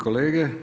kolege.